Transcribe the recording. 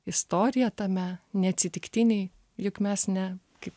istoriją tame neatsitiktiniai juk mes ne kaip